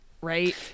right